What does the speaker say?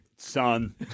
Son